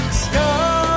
sky